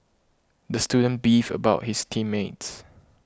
the student beefed about his team mates